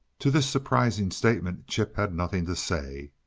to this surprising statement chip had nothing to say.